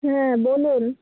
হ্যাঁ বলুন